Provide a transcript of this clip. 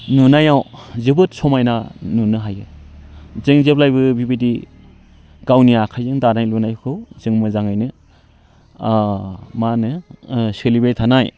नुनायाव जोबोद समायना नुनो हायो जों जेब्लायबो बेबायदि गावनि आखाइजों दानाय लुनायखौ जों मोजाङैनो माहोनो सोलिबाय थानाय